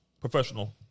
professional